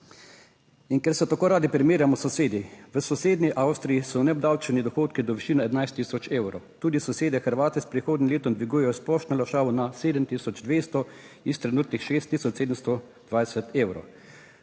In ker se tako radi primerjamo s sosedi, v sosednji Avstriji so neobdavčeni dohodki do višine 11000 evrov, tudi sosedje Hrvati s prihodnjim letom dvigujejo splošno olajšavo na 7200 s trenutnih 6720 evrov.